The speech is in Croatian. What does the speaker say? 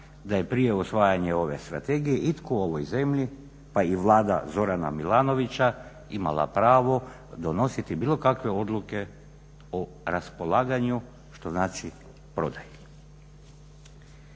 da je prije usvajanje ove strategije itko u ovoj zemlji, pa i Vlada Zorana Milanovića imala pravo donositi bilo kakve odluke o raspolaganju što znači prodaji.